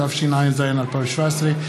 התשע"ז 2017,